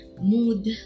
mood